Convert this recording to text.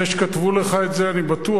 זה שכתבו לך את זה, אני בטוח.